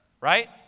Right